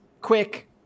quick